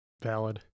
Valid